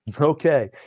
Okay